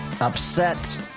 upset